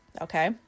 Okay